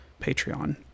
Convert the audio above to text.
Patreon